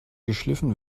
geschliffen